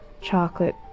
Chocolate